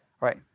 right